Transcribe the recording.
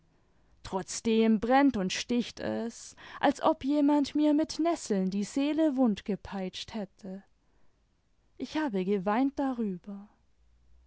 trotzdem brennt imd sticht es als ob jemand mir mit nesseln die seele wundgepeitscht hätte ich habe geweint darüber